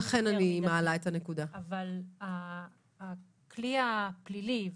אבל הכלי הפלילי,